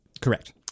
Correct